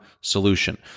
solution